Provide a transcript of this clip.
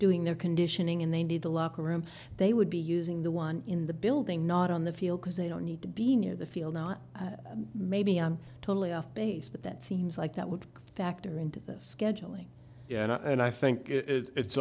doing their conditioning and they need the locker room they would be using the one in the building not on the field because they don't need to be near the field not maybe i'm totally off base but that seems like that would factor into this scheduling and i think it